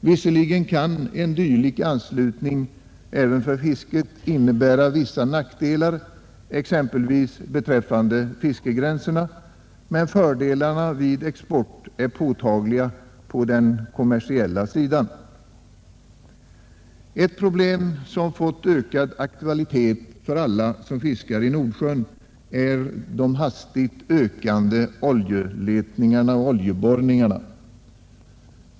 Visserligen kan en dylik anslutning även för fisket innebära vissa nackdelar, exempelvis beträffande fiskegränserna, men fördelarna vid export är påtagliga på den kommersiella sidan. Ett problem som har fått ökad aktualitet för alla som fiskar i Nordsjön är de hastigt ökande oljeborrningarna.